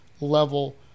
level